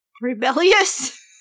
Rebellious